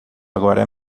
agora